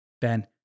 Ben